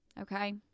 Okay